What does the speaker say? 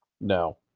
No